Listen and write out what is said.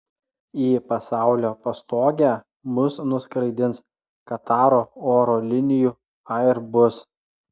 į pasaulio pastogę mus nuskraidins kataro oro linijų airbus